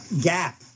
gap